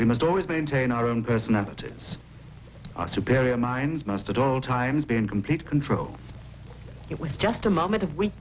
we must always maintain our own personality our superior minds must at all times be in complete control it was just a moment of we